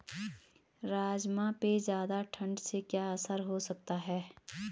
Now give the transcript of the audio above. राजमा पे ज़्यादा ठण्ड से क्या असर हो सकता है?